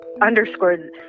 underscored